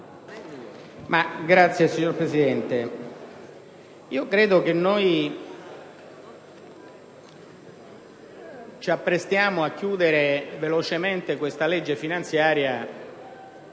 Signor Presidente, credo che ci apprestiamo a chiudere velocemente questa legge finanziaria,